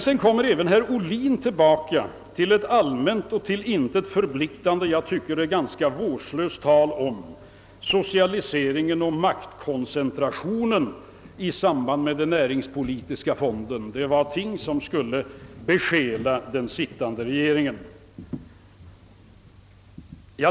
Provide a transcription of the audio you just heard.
Sedan kommer även herr Ohlin tillbaka till ett allmänt, till intet förpliktande och som jag tycker ganska vårdslöst tal om socialiseringen och maktkoncentrationen i samband med den näringspolitiska fonden. Det var strävanden som skulle besjäla den sittande regeringen.